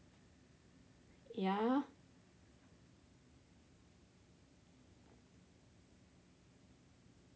ya lor